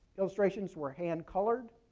illustrations were hand colored.